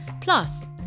Plus